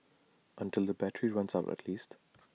until the battery runs out at least